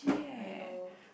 I know